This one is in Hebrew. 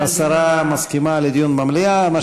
רוצים דיון במליאה, נצביע על זה.